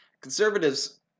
Conservatives